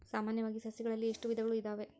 ಸಾಮಾನ್ಯವಾಗಿ ಸಸಿಗಳಲ್ಲಿ ಎಷ್ಟು ವಿಧಗಳು ಇದಾವೆ?